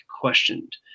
questioned